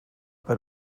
but